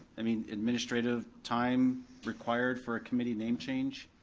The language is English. i mean, administrative time required for a committee name change?